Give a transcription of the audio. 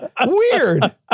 Weird